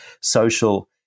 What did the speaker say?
social